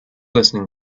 listening